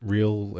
Real